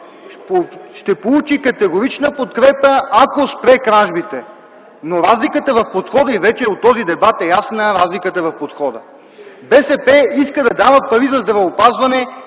ще получи категорична подкрепа, ако спре кражбите. Но разликата в подхода е ясна вече от този дебат. БСП иска да дава пари за здравеопазване,